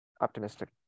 optimistic